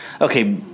Okay